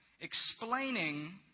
explaining